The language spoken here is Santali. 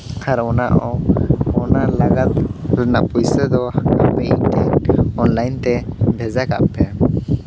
ᱟᱨ ᱚᱱᱟ ᱚᱱᱟ ᱞᱟᱜᱟᱫ ᱨᱮᱱᱟᱜ ᱯᱩᱭᱥᱟᱹ ᱫᱚ ᱟᱯᱮ ᱤᱧ ᱴᱷᱮᱡ ᱚᱱᱞᱟᱭᱤᱱ ᱛᱮ ᱵᱷᱮᱡᱟ ᱠᱟᱜ ᱯᱮ